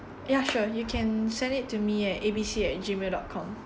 ya sure you can send it to me at A B C at Gmail dot com